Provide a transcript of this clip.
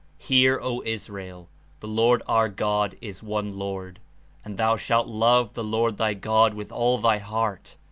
hear, o israel the lord our god is one lord and thou shalt love the lord thy god with all thy heart,